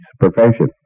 profession